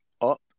up